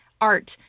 Art